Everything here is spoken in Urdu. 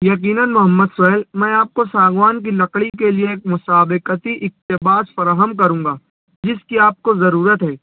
یقیناً محمد سہیل میں آپ کو ساگوان کی لکڑی کے لیے ایک مسابقتی اقتباس فراہم کروں گا جس کی آپ کو ضرورت ہے